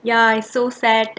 ya so sad